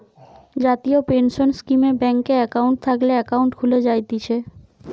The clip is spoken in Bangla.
জাতীয় পেনসন স্কীমে ব্যাংকে একাউন্ট থাকলে একাউন্ট খুলে জায়তিছে